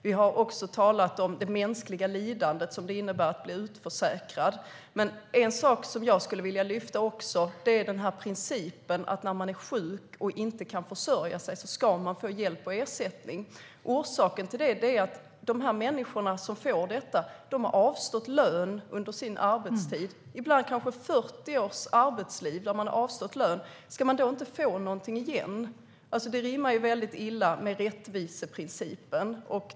Vi har också talat om det mänskliga lidande som det innebär att bli utförsäkrad. En sak som jag också skulle vilja lyfta fram är principen att när man är sjuk och inte kan försörja sig ska man få hjälp och ersättning. Orsaken till det är att de människor som får detta har avstått lön under sitt arbetsliv, ibland kanske under 40 års arbetsliv. Ska man då inte få någonting tillbaka? Det rimmar väldigt illa med rättviseprincipen.